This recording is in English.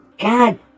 God